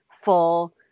full